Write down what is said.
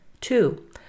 Two